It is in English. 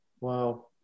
Wow